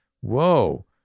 Whoa